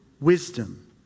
wisdom